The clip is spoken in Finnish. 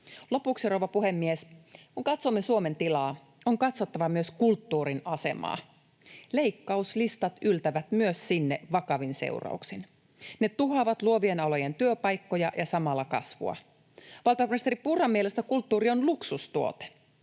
Lopuksi, rouva puhemies, kun katsomme Suomen tilaa, on katsottava myös kulttuurin asemaa. Leikkauslistat yltävät myös sinne vakavin seurauksin. Ne tuhoavat luovien alojen työpaikkoja ja samalla kasvua. Valtiovarainministeri Purran mielestä kulttuuri on luksustuote